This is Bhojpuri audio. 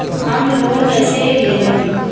होम लोन कैसे लेहम?